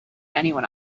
anyone